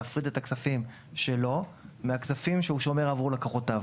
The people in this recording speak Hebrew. להפריד את הכספים שלו מהכספים שהוא שומר עבור לקוחותיו.